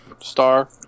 star